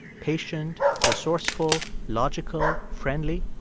patient, resourceful, logical, friendly.